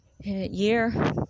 year